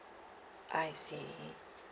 I see